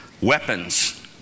weapons